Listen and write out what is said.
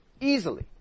easily